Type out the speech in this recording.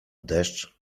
deszcz